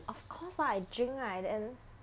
of course lah I drink right then